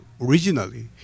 originally